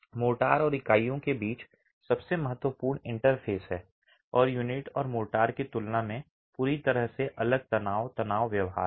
mortar और इकाइयों के बीच सबसे महत्वपूर्ण इंटरफ़ेस है और यूनिट और मोर्टार की तुलना में पूरी तरह से अलग तनाव तनाव व्यवहार है